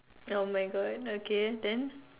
oh my God okay then